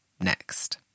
Next